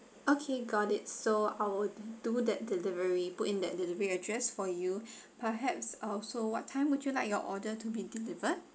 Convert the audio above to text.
okay got it so I would do that delivery put in that delivery address for you perhaps also what time would you like your order to be delivered